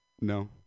No